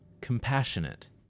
compassionate